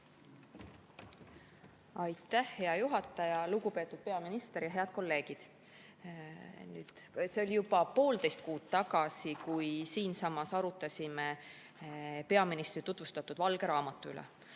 Aitäh, hea juhataja! Lugupeetud peaminister! Head kolleegid! See oli juba poolteist kuud tagasi, kui me siinsamas arutasime peaministri tutvustatud valge raamatu üle.